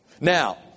Now